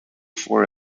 for